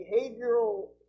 behavioral